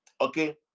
okay